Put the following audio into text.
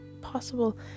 possible